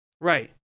right